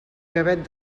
gavet